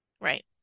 Right